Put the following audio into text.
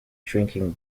shrinking